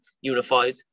unified